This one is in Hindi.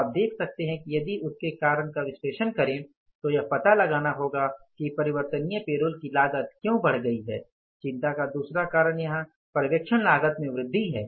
तो अब आप देख सकते हैं कि यदि उसके कारण का विश्लेषण करें तो यह पता लगाना होगा कि परिवर्तनीय पेरोल की लागत क्यों बढ़ गई है चिंता का दूसरा कारण यहां पर्यवेक्षण लागत में वृद्धि है